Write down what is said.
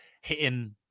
hitting